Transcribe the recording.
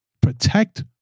Protect